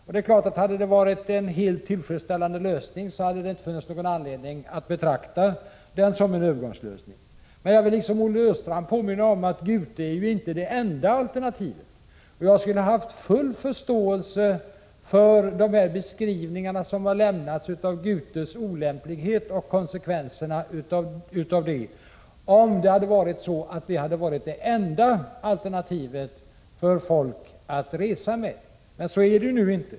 Om Gute hade varit en helt tillfredsställande lösning hade det inte funnits någon anledning att betrakta den som en övergångslösning. Men jag vill liksom Olle Östrand påminna om att Gute inte är det enda alternativet. Jag skulle ha haft full förståelse för de beskrivningar som har lämnats i fråga om Gutes olämplighet och konsekvenserna därav om Gute hade varit det enda alternativet vid resor till och från Gotland. Men så är det nu inte.